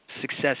success